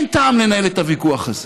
אין טעם לנהל את הוויכוח הזה,